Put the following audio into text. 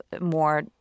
more